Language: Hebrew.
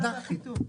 בדקתי.